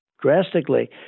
drastically